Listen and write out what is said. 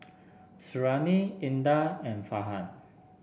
Suriani Indah and Farhan